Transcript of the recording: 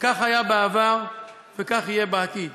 כך היה בעבר וכך יהיה בעתיד.